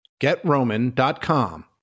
GetRoman.com